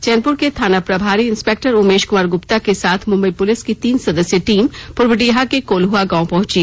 चैनपुर के थाना प्रभारी इंस्पेक्टर उमेश कुमार गुप्ता के साथ मुंबई पुलिस की तीन सदस्यीय टीम पूर्वडीहा के कोल्हवा गांव पहुंची